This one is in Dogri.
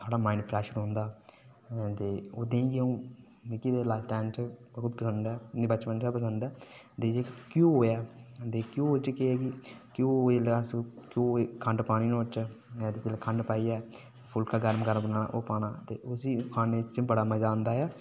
साढ़ा माइंड फ्रैश रौहंदा लाइफटाईम ते ओह् देहीं बी अं'ऊ मिगी ओह् च पसंद ऐ ते मिगी बचपन चा पसंद ऐ घ्योऽ ऐ ते घ्योऽ च केह् ऐ की घ्यो जेल्लै अस नुहाड़े च खंड पाने अस खंड पाइयै फुलका गर्म करना ते ओह् पाना ते उसी खाने च बड़ा मज़ा आंदा ऐ